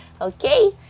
Okay